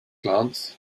glance